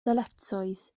ddyletswydd